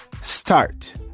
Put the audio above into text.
start